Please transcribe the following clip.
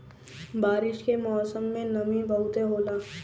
बारिश के मौसम में नमी बहुते होला